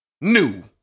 new